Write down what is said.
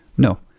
no.